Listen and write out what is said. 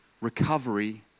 recovery